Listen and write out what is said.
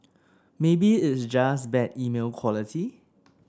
maybe it's just bad email quality